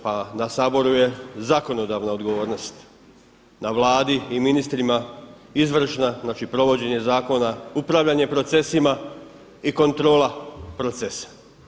Pa na Saboru je zakonodavna odgovornost, na Vladi i ministrima izvršna znači provođenje zakona, upravljanje procesima i kontrola procesa.